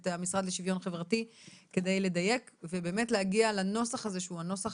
את המשרד לשוויון חברתי כדי לדייק ובאמת להגיע לנוסח הזה שהוא הנוסח